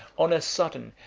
on a sudden,